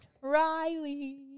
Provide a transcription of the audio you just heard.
riley